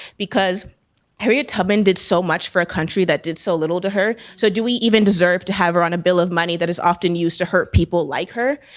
because harriet tubman did so much for a country that did so little to her. so do we even deserve to have her on a bill of money that is often used to hurt people like her,